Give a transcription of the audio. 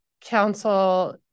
council